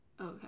Okay